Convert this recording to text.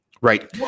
right